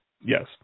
Yes